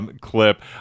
Clip